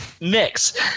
mix